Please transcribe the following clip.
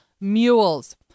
mules